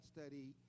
study